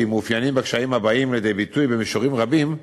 מתאפיינים בקשיים הבאים לידי ביטוי במישורים רבים,